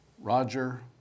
Roger